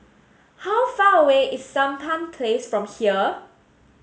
how far away is Sampan Place from here